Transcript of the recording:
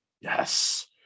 Yes